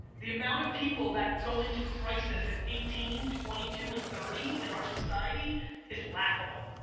the amount of people that go into crisis at eighteen, twenty two and thirty in our society is laughable.